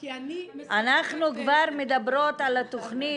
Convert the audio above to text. כי אני -- אנחנו כבר מדברות על התכנית,